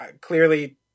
clearly